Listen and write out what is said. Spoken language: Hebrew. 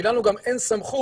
כי לנו גם אין סמכות